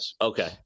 Okay